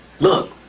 look,